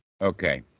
okay